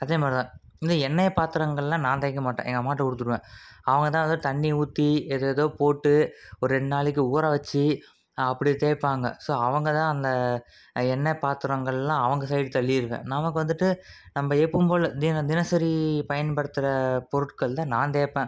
அதே மாதிரி தான் இந்த எண்ணெய் பாத்திரங்களெலாம் நான் தேய்க்கமாட்டேன் எங்கள் அம்மாகிட்ட கொடுத்துடுவேன் அவங்க தான் ஏதோ தண்ணி ஊற்றி ஏதேதோ போட்டு ஒரு ரெண்டு நாளைக்கு ஊற வச்சு அப்படி தேய்ப்பாங்க ஸோ அவங்கள் தான் அந்த எண்ணெய் பாத்திரங்களெலாம் அவங்க சைடு தள்ளின்னு நமக்கு வந்துட்டு நம்ப எப்போவும் போல தின தினசரி பயன்படுத்துகிற பொருட்கள் தான் நான் தேய்ப்பேன்